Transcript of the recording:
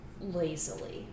lazily